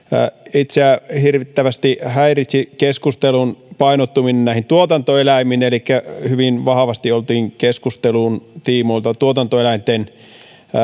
itseäni hirvittävästi häiritsi keskustelun painottuminen näihin tuotantoeläimiin elikkä hyvin vahvasti oltiin keskustelun tiimoilta tuotantoeläinten